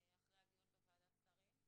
אחרי הדיון בוועדת שרים.